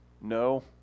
no